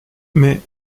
mais